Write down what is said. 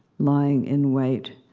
lying in wait.